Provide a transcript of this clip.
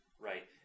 Right